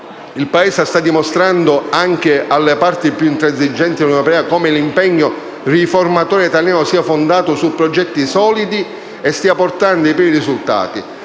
Il Paese sta dimostrando anche alle parti più intransigenti dell'Unione europea come l'impegno riformatore italiano sia fondato su progetti solidi e stia portando i primi risultati: